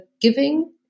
giving